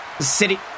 City